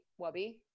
wubby